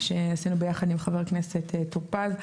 כשעשינו ביחד עם חבר הכנסת טור פז,